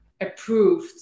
approved